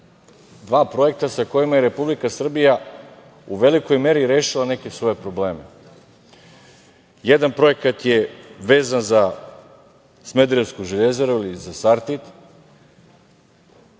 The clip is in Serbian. Dva projekta sa kojima je Republika Srbija u velikoj meri rešila neke svoje probleme. Jedan projekat je vezan za smederevsku Železaru ili za „Sartid“,